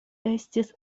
estis